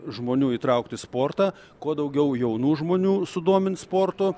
žmonių įtraukti į sportą kuo daugiau jaunų žmonių sudomint sportu